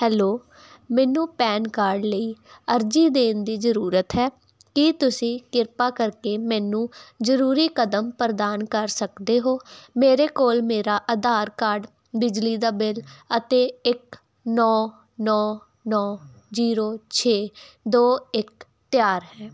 hello ਮੈਨੂੰ PAN card ਲਈ ਅਰਜ਼ੀ ਦੇਣ ਦੀ ਜ਼ਰੂਰਤ ਹੈ ਕੀ ਤੁਸੀਂ ਕ੍ਰਿਪਾ ਕਰਕੇ ਮੈਨੂੰ ਜ਼ਰੂਰੀ ਕਦਮ ਪ੍ਰਦਾਨ ਕਰ ਸਕਦੇ ਹੋ ਮੇਰੇ ਕੋਲ ਮੇਰਾ ਆਧਾਰ ਕਾਰਡ ਬਿਜਲੀ ਦਾ ਬਿੱਲ ਅਤੇ ਇੱਕ ਨੌਂ ਨੌਂ ਨੌਂ ਜ਼ੀਰੋ ਛੇ ਦੋ ਇੱਕ ਤਿਆਰ ਹੈ